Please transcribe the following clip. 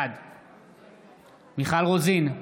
בעד מיכל רוזין,